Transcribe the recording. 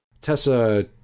Tessa